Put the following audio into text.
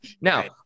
Now